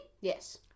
Yes